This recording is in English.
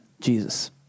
Jesus